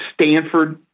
Stanford